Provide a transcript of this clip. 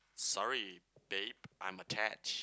sorry babe I'm attached